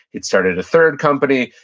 he'd started a third company.